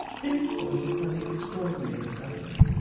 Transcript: this was an extraordinary discovery.